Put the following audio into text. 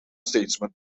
statesman